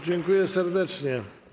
Dziękuję serdecznie.